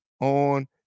on